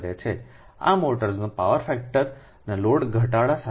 આ મોટર્સનો power factor લોડના ઘટાડા સાથે આવે છે